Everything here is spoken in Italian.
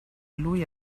lui